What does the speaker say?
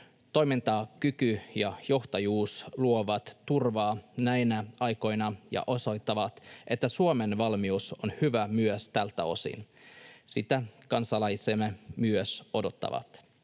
Toimintakyky ja johtajuus luovat turvaa näinä aikoina ja osoittavat, että Suomen valmius on hyvä myös tältä osin. Sitä kansalaisemme myös odottavat.